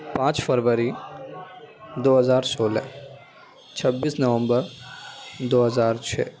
پانچ فروری دو ہزار سولہ چھبیس نومبر دو ہزار چھ